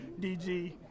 DG